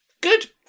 good